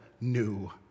new